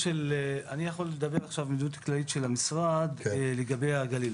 אני יכול לדבר עכשיו על מדיניות כללית של המשרד לגבי הגליל.